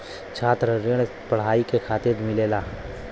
छात्र ऋण पढ़ाई के खातिर मिलेला